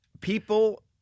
people